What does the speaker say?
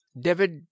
David